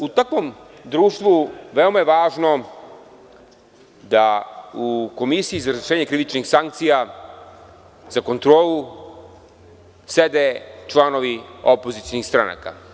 U takvom društvu veoma je važno da u Komisiji za razrešenje krivičnih sankcija za kontrolu sede članovi opozicionih stranaka.